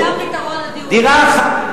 זה הפתרון לדיור.